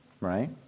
right